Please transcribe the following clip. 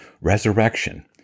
resurrection